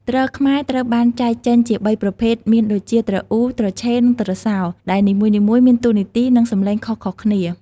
ទ្រខ្មែរត្រូវបានចែកចេញជា៣ប្រភេទមានដូចជា ទ្រអ៊ូ ទ្រឆេ និងទ្រសោដែលនីមួយៗមានតួនាទីនិងសំឡេងខុសៗគ្នា។